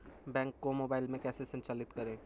Bank को mobile में कैसे संचालित करें?